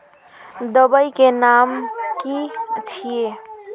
दबाई के नाम की छिए?